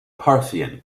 parthian